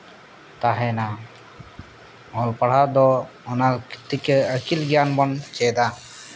ᱛᱟᱦᱮᱱᱟ ᱚᱞ ᱯᱟᱲᱦᱟᱣ ᱫᱚ ᱚᱱᱟ ᱠᱷᱟᱹᱛᱤᱨ ᱛᱮᱜᱮ ᱟᱹᱠᱤᱞ ᱜᱮᱭᱟᱱ ᱵᱚᱱ ᱪᱮᱫᱟ